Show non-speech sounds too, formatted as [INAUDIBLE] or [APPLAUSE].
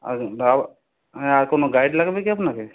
আর [UNINTELLIGIBLE] আর কোনো গাইড লাগবে কি আপনাকে